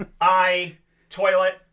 i-toilet